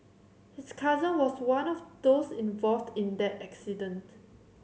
his cousin was one of those involved in that accident